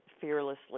fearlessly